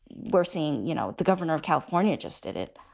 we're seeing, you know, the governor of california just added,